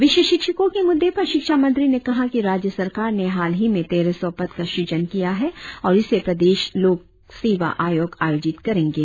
विषय शिक्षकों के मुद्दे पर शिक्षा मंत्री ने कहा कि राज्य सरकार ने हाल ही में तेरह सौ पद का सुजन किया है और इसे प्रदेश लोक सेवा आयोग आयोजित करेंगे